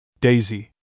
Daisy